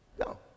No